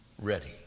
ready